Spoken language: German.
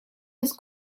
des